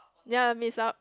ya miss out